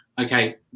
Okay